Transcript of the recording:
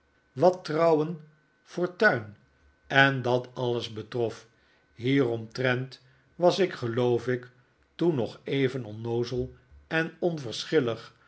wat trouwen fortuin en dat alles betrof hieromtrent was ik geloof ik toen nog even onnoozel en